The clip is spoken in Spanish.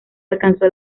alcanzó